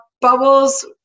Bubbles